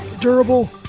durable